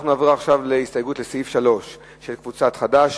אנחנו נעבור עכשיו להסתייגות לסעיף 3 של קבוצת חד"ש.